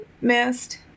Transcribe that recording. missed